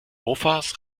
mofas